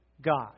God